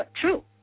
true